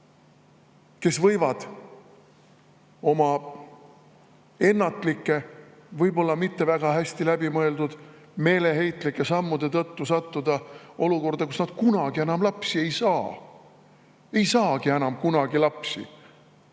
kes võivad oma ennatlike, võib-olla mitte väga hästi läbimõeldud meeleheitlike sammude tõttu sattuda olukorda, kus nad kunagi enam lapsi ei saa. Nad ei saa enam kunagi lapsi,